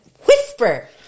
whisper